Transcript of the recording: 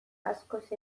askoz